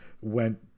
went